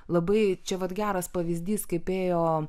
labai čia vat geras pavyzdys kaip ėjo